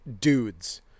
dudes